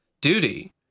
duty